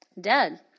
dead